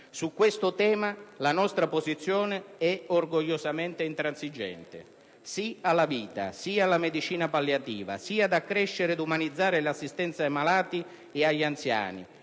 Su questo tema la nostra posizione è orgogliosamente intransigente. Sì alla vita. Sì alla medicina palliativa. Sì ad accrescere ed umanizzare l'assistenza ai malati ed agli anziani.